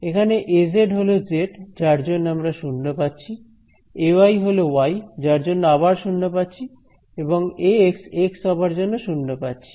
এখানে A z হল z যার জন্য আমরা শূন্য পাচ্ছি A y হল y যার জন্য আবার শূন্য পাচ্ছি এবং A x x হবার জন্য 0 পাচ্ছি